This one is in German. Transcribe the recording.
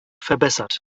verbessert